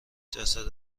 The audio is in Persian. جسد